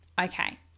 okay